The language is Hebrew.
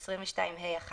22(ה)(1),